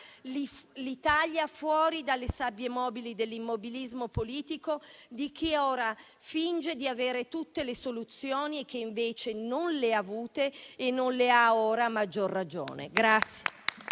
l'Italia fuori dalle sabbie mobili dell'immobilismo politico di chi ora finge di avere tutte le soluzioni quando invece non le ha avute e non le ha ora, a maggior ragione.